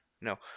No